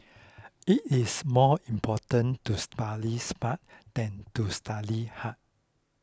it is more important to study smart than to study hard